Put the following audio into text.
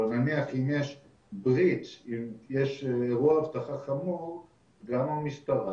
אבל נניח אם יש אירוע אבטחה חמור גם המשטרה